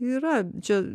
yra čia